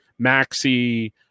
Maxi